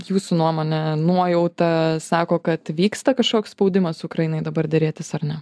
jūsų nuomone nuojauta sako kad vyksta kažkoks spaudimas ukrainai dabar derėtis ar ne